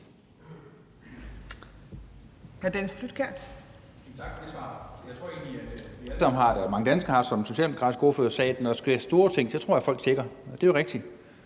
Tak for det svar. Jeg tror egentlig, at vi alle sammen har det og mange danskere har det, som den socialdemokratiske ordfører sagde, at når der sker store ting, tjekker folk, tror jeg. Det er jo rigtigt.